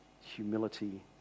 humility